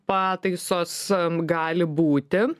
pataisos gali būti